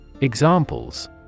Examples